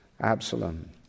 Absalom